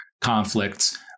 conflicts